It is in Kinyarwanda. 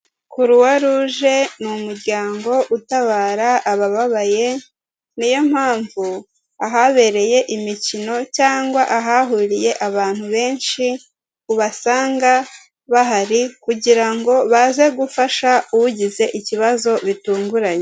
Kuruwa ruje ni umuryango utabara abababaye, niyo mpamvu ahabereye imikino cyangwa ahahuriye abantu benshi ubasanga bahari. Kugira ngo baze gufasha ugize ikibazo bitunguranye.